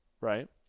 right